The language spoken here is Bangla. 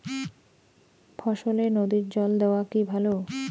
ফসলে নদীর জল দেওয়া কি ভাল?